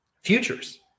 futures